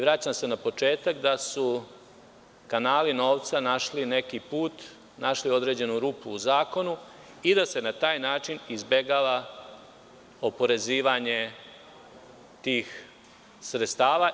Vraćam se na početak, kanali novca su našli neki put, našli određenu rupu u zakonu i na taj način se izbegava oporezivanje tih sredstava.